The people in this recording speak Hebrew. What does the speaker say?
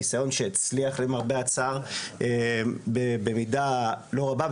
ניסיון שהצליח למרבה הצער במידה לא רבה,